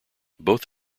both